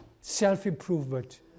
self-improvement